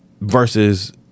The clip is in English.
versus